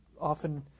often